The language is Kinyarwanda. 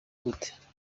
gute